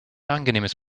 angenehmes